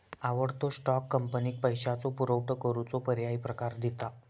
आवडतो स्टॉक, कंपनीक पैशाचो पुरवठो करूचो पर्यायी प्रकार दिता